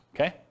Okay